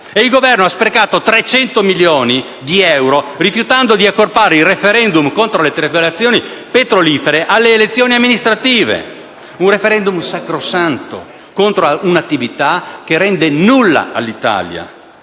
Il Governo ha sprecato 300 milioni di euro rifiutando di accorpare il *referendum* contro le trivellazioni petrolifere alle elezioni amministrative; un *referendum* sacrosanto contro un'attività che rende nulla all'Italia,